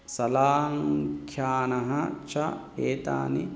शालङ्ख्यानः च एतानि